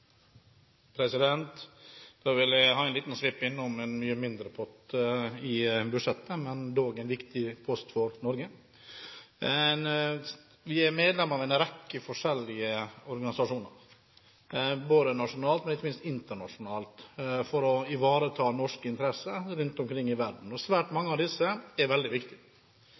Da vil jeg ta en liten svipp innom en mye mindre pott i budsjettet, men dog en viktig post for Norge: Vi er medlem av en rekke forskjellige organisasjoner – nasjonalt, men ikke minst internasjonalt – for å ivareta norske interesser rundt omkring i verden. Svært mange av disse er veldig